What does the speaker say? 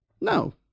No